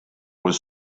was